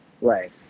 Right